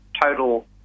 total